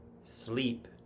sleep